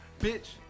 Bitch